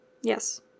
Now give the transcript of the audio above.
Yes